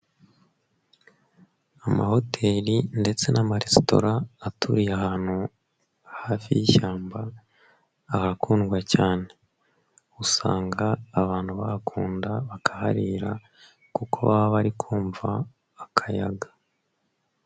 Amahoteli ndetse n'amaresitora aturiye ahantu, hafi y'ishyamba, aba akundwa cyane. Usanga abantu bahakunda bakaharira, kuko baba bari kumva akayaga.